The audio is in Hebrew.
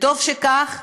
וטוב שכך,